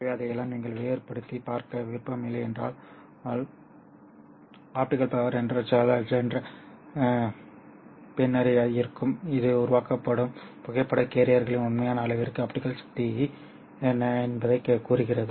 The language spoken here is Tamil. ஆகவே அதையெல்லாம் நீங்கள் வேறுபடுத்திப் பார்க்க விரும்பவில்லை என்றால் η என்று சொல்லலாம் பின்னம் இருக்கும் இது உருவாக்கப்படும் புகைப்பட கேரியர்களின் உண்மையான அளவிற்கு ஆப்டிகல் சக்தி என்ன என்பதைக் கூறுகிறது